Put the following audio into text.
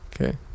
okay